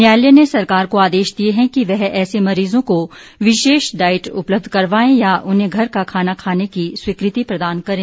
न्यायालय ने सरकार को आदेश दिए हैं कि वह ऐसे मरीजों को विशेष डाइट उपलब्ध करवाए या उन्हें घर का खाना खाने की स्वीकृति प्रदान करें